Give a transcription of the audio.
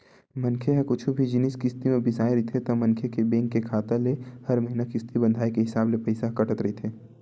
मनखे ह कुछु भी जिनिस किस्ती म बिसाय रहिथे ता मनखे के बेंक के खाता ले हर महिना किस्ती बंधाय के हिसाब ले पइसा ह कटत रहिथे